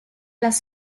las